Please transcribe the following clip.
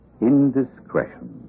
Indiscretion